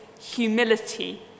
humility